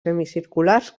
semicirculars